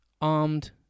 armed